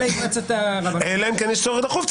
אלא אם מועצת הרבנות --- אלא אם כן יש צורך דחוף.